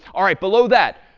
all right, below that,